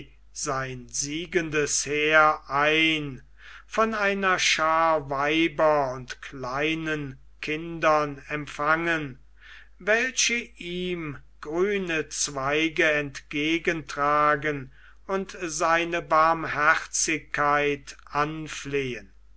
sein siegendes heer ein von einer schaar weiber und kleiner kinder empfangen welche ihm grüne zweige entgegentragen und seine barmherzigkeit anflehen